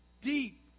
Deep